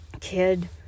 kid